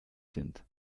sind